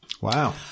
Wow